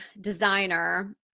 designer